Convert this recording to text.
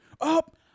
up